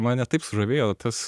mane taip sužavėjo tas